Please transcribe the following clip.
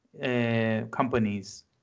companies